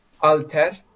alter